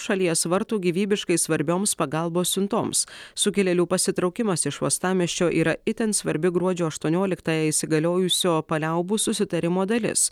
šalies vartų gyvybiškai svarbioms pagalbos siuntoms sukilėlių pasitraukimas iš uostamiesčio yra itin svarbi gruodžio aštuonioliktąją įsigaliojusio paliaubų susitarimo dalis